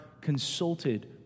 consulted